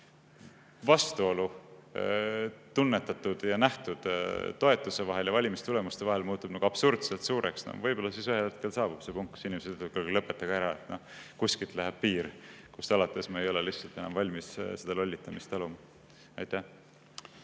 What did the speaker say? vastuolu tunnetatud ja nähtud toetuse vahel ja valimistulemuste vahel muutub absurdselt suureks, võib-olla siis ühel hetkel saabub see punkt, kus inimesed ütlevad: "Kuulge, lõpetage ära! Kuskilt läheb piir, kust alates me ei ole lihtsalt enam valmis seda lollitamist taluma." Anti